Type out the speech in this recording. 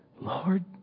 Lord